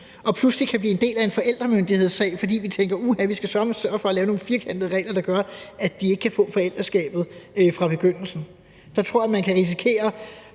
som pludselig kan blive en del af en forældremyndighedssag, fordi vi tænker, at uha, vi skal sørme sørge for at lave nogle firkantede regler, der gør, at de ikke kan få forældreskabet fra begyndelsen. Så tror jeg, at man kan risikere